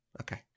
Okay